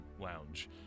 lounge